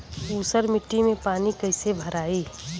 ऊसर मिट्टी में पानी कईसे भराई?